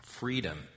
Freedom